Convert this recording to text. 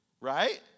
Right